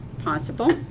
possible